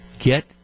get